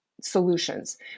solutions